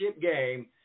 game